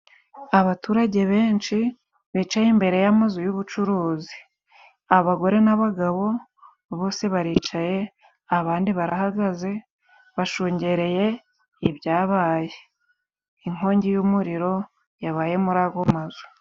Abaturage benshi bicaye imbere y'amazu y'ubucuruzi. Abagore n'abagabo bose baricaye, abandi barahagaze bashungereye ibyabaye. Inkongi y'umuriro yabaye muri ago mazu.